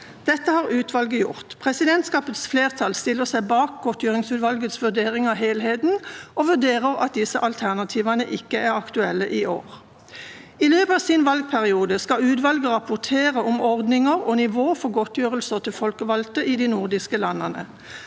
Dette har utvalget gjort. Presidentskapets flertall stiller seg bak godgjøringsutvalgets vurdering av helheten og vurderer at disse alternativene ikke er aktuelle i år. I løpet av sin valgperiode skal utvalget rapportere om ordninger og nivå for godtgjørelser til folkevalgte i de nordiske landene.